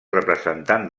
representant